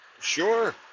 sure